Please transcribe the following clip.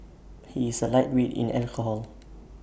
he is A lightweight in alcohol